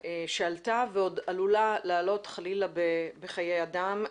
שעלתה ועוד עלולה לעלות חלילה בחיי אדם.